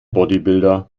bodybuilder